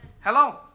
Hello